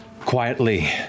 quietly